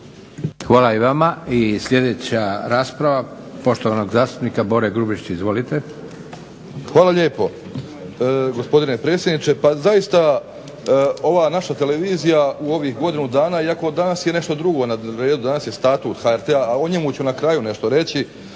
Hvala i vama. I sljedeća rasprava poštovanog zastupnika Bore Grubišića. Izvolite. **Grubišić, Boro (HDSSB)** Hvala lijepo gospodine predsjedniče. Pa zaista ova naša televizija u ovih godinu dana, iako danas je nešto drugo na redu, danas je statut HRT-a, a o njemu ću na kraju nešto reći,